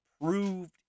approved